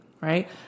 Right